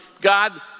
God